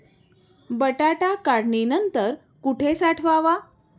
बटाटा काढणी नंतर कुठे साठवावा?